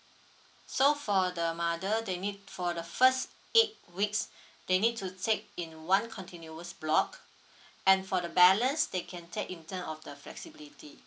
so for the mother they need for the first eight weeks they need to take in one continuous block and for the balance they can take in term of the flexibility